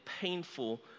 painful